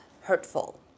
hurtful